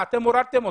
אתם הורדתם אותו.